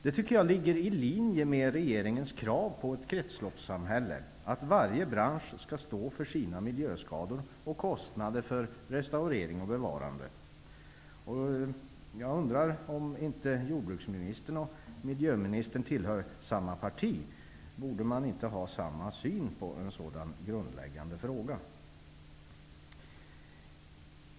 Det tycker jag ligger i linje med regeringens krav på ett kretsloppssamhälle. Varje bransch skall stå för sina miljöskador och kostnader för restaurering och bevarande. Miljöministern och jordbruksministern tillhör samma parti. Jag undrar om man då inte borde ha samma syn på en sådan grundläggande fråga.